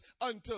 unto